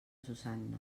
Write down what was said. susanna